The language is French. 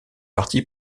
parti